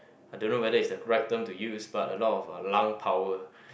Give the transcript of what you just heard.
I don't know whether it's the right term to use but a lot of uh lung power